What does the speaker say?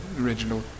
original